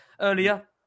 earlier